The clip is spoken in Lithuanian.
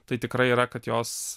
tai tikrai yra kad jos